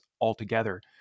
altogether